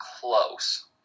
close